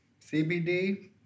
CBD